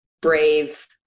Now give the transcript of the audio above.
brave